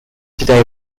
today